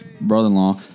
brother-in-law